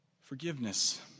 Forgiveness